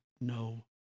no